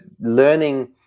learning